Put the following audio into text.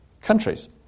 countries